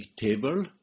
table